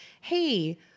hey